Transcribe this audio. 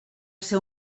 ser